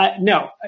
no